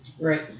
Right